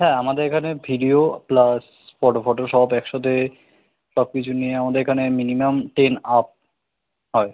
হ্যাঁ আমাদের এখানে ভিডিও প্লাস ফটো ফটোশপ একসাথে সব কিছু নিয়ে আমাদের এখানে মিনিমাম টেন আপ হয়